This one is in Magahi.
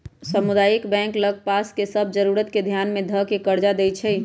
सामुदायिक बैंक लग पास के सभ जरूरत के ध्यान में ध कऽ कर्जा देएइ छइ